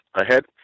ahead